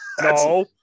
No